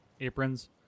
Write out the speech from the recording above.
aprons